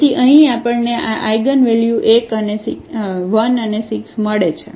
તેથી અહીં આપણને આ આઇગનવેલ્યુ 1 અને 6 મળે છે